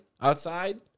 Outside